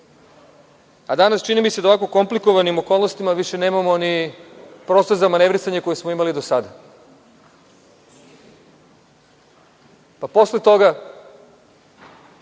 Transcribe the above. a danas, čini mi se, da u ovako komplikovanim okolnostima više nemamo ni prostor za manevrisanje koji smo imali do sada. Pa, posle toga,